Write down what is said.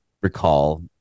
recall